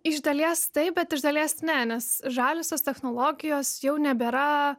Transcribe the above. iš dalies taip bet iš dalies ne nes žaliosios technologijos jau nebėra